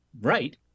right